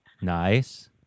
Nice